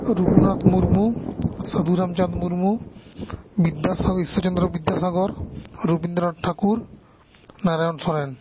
Raghunath Murmu Sadhuram Chand Murmu Ishwar Chandra Vidyasagar Rabindranath Thakur Narayan Soren